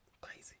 Crazy